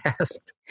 asked